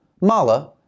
Mala